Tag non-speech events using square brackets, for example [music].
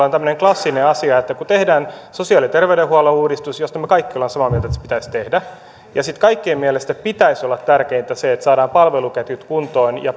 [unintelligible] on tämmöinen klassinen asia että kun tehdään sosiaali ja terveydenhuollon uudistus josta me kaikki olemme samaa mieltä että se pitäisi tehdä ja sitten kaikkien mielestä pitäisi olla tärkeintä se että saadaan palveluketjut kuntoon ja [unintelligible]